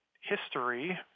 history